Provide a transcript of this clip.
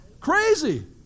Crazy